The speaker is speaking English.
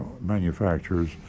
manufacturers